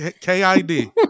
K-I-D